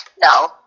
No